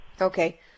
Okay